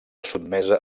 sotmesa